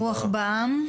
רוח בעם?